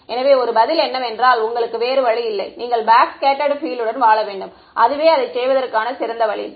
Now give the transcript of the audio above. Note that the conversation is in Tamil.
மாணவர் எனவே ஒரு பதில் என்னவென்றால் உங்களுக்கு வேறு வழியில்லை நீங்கள் பேக்ஸ்கேட்டர்டு பீல்ட் உடன் வாழ வேண்டும் அதுவே அதைச் செய்வதற்கான சிறந்த வழி